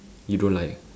you don't like